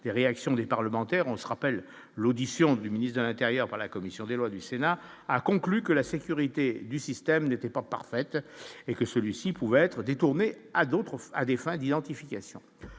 des réactions des parlementaires, on se rappelle l'audition du ministre de l'intérieur par la commission des lois du Sénat, a conclu que la sécurité du système n'était pas parfaite et que celui-ci pouvait être détournée à d'autres, à des fins d'identification,